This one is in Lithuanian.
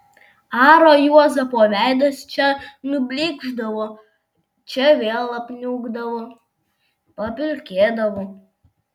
aro juozapo veidas čia nublykšdavo čia vėl apniukdavo papilkėdavo